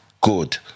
good